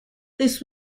this